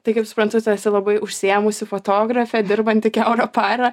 tai kaip suprantu tu esi labai užsiėmusi fotografe dirbanti kiaurą parą